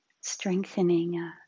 strengthening